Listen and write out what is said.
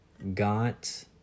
got